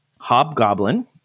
Hobgoblin